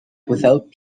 without